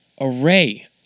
array